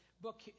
book